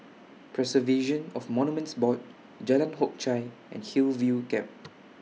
Preservation of Monuments Board Jalan Hock Chye and Hillview Camp